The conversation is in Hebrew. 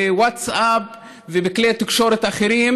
בווטסאפ ובכלי תקשורת אחרים,